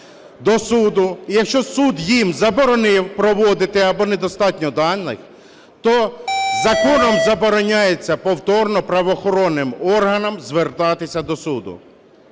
якщо суд їм заборонив проводити або недостатньо даних, то законом забороняється повторно правоохоронним органам звертатися до суду.